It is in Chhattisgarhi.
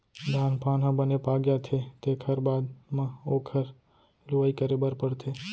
धान पान ह बने पाक जाथे तेखर बाद म ओखर लुवई करे बर परथे